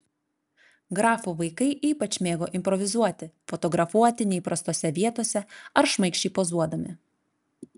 grafų vaikai ypač mėgo improvizuoti fotografuoti neįprastose vietose ar šmaikščiai pozuodami